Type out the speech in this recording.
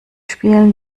spielen